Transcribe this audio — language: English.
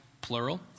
plural